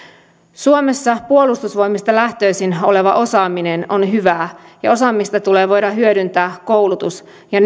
suomessa puolustusvoimista lähtöisin oleva osaaminen on hyvää ja osaamista tulee voida hyödyntää koulutus ja